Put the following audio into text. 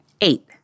Eight